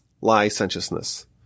licentiousness